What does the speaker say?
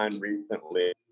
recently